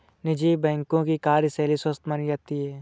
निजी बैंकों की कार्यशैली स्वस्थ मानी जाती है